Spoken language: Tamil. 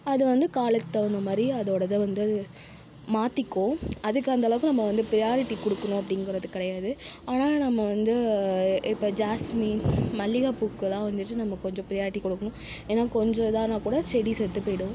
அது வந்து காலத்துக்கு தகுந்த மாதிரி அதோடதை வந்து மாற்றிக்கும் அதுக்கு அந்த அளவுக்கு வந்து ப்ரியாரிட்டி கொடுக்குணும் அப்படீங்கிறது கிடையாது ஆனாலும் நம்ம வந்து இப்ப ஜாஸ்மின் மல்லிகை பூக்கெலாம் வந்துட்டு நம்ம கொஞ்சம் ப்ரியாரிட்டி கொடுக்குணும் ஏன்னால் கொஞ்சம் இதானால் கூட செடி செத்து போயிடும்